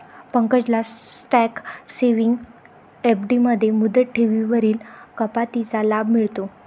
पंकजला tax saving FD मध्ये मुदत ठेवींवरील कपातीचा लाभ मिळतो